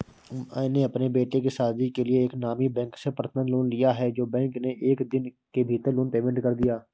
मैंने अपने बेटे की शादी के लिए एक नामी बैंक से पर्सनल लोन लिया है जो बैंक ने एक दिन के भीतर लोन पेमेंट कर दिया